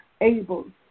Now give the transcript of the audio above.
able